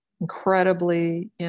incredibly